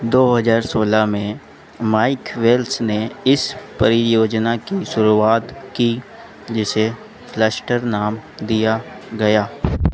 दो हज़ार सोलह में माइक वेल्श ने इस परियोजना की शुरुआत की जिसे फ्लस्टर नाम दिया गया